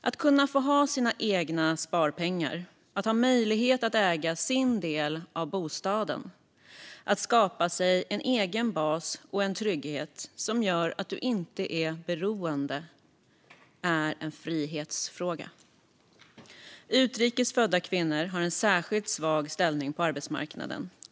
Att kunna ha egna sparpengar, att ha möjlighet att äga sin del av bostaden och att kunna skapa sig en egen bas och en trygghet som gör att man inte är beroende är en frihetsfråga. Utrikes födda kvinnor har en särskilt svag ställning på arbetsmarknaden.